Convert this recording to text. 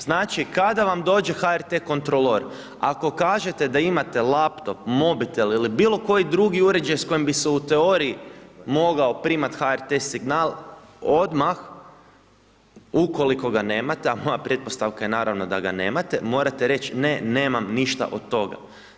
Znači, kada vam dođe HRT kontrolor, ako kažete da imate laptop, mobitel ili bilo koji drugi uređaj s kojim bi se u teoriji mogao primat HRT signal, odmah, ukoliko ga nemate, a moja pretpostavka je naravno da ga nemate, morate reć ne nemam ništa od toga.